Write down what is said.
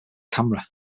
camera